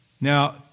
Now